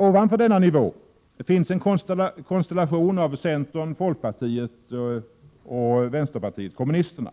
Ovanför denna nivå finns en konstellation av centern, folkpartiet och vänsterpartiet kommunisterna